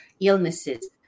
illnesses